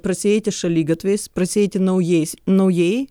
prasieiti šaligatviais prasieiti naujais naujai